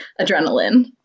adrenaline